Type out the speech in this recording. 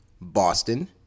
Boston